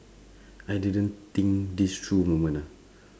I didn't think this through moment ah